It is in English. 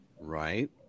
Right